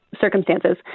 circumstances